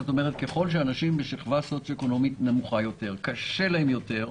ככל שאנשים הם משכבה סוציו-אקונומית נמוכה יותר קשה להם יותר.